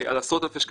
על עשרות אלפי שקלים,